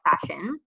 fashion